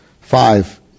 Five